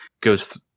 goes